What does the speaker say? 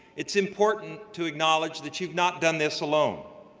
it's important to acknowledge that you've not done this alone.